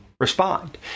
respond